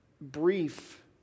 brief